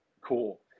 cool